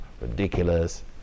ridiculous